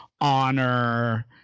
honor